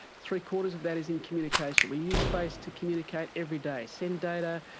three-quarters of that is in communication. we use space to communicate every day, send data,